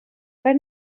fer